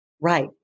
Right